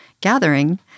gathering